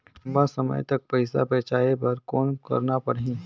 लंबा समय तक पइसा बचाये बर कौन करना पड़ही?